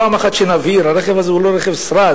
פעם אחת שנבהיר: הרכב הזה הוא לא רכב שרד.